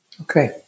Okay